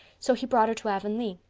so he brought her to avonlea.